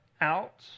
out